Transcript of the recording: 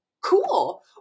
cool